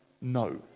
no